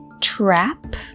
Trap